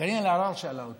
אלהרר שאלה אותי.